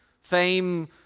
fame